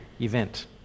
event